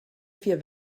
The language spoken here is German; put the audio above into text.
vier